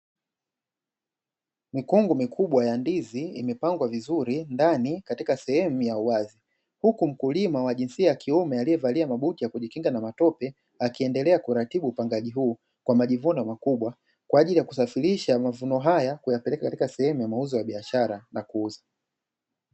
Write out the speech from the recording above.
Mikungu mikubwa ya ndizi imepangwa vizuri ndani ya sehemu ya uwazi huku mkulima wa jinsia ya kuime aliyevalia mabuti ya kujikinga na matope akiendelea kuratibu upangaji huu kwa majivuno makubwa kwa ajili ya kusafirisha mavuno haya kuyapeleka katika sehemu ya mauzo ya biashara na kuuza.